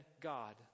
God